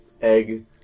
egg